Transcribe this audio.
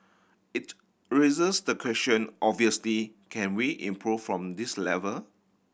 it raises the question obviously can we improve from this level